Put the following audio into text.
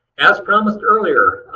as promised earlier,